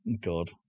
God